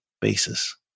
basis